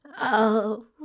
Oh